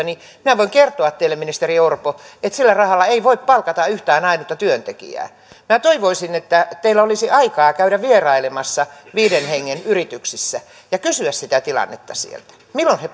niin minä voin kertoa teille ministeri orpo että sillä rahalla ei voi palkata yhtään ainutta työntekijää minä toivoisin että teillä olisi aikaa käydä vierailemassa viiden hengen yrityksissä ja kysyä sitä tilannetta sieltä sitä milloin he